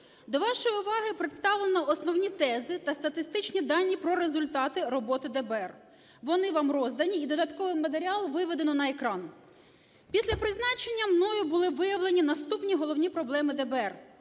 До вашої уваги представлено основні тези та статистичні дані про результати роботи ДБР. Вони вам роздані і додатковий матеріал виведено на екран. Після призначення мною були виявлені наступні головні проблеми ДБР: